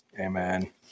Amen